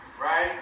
right